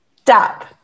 Stop